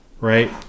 right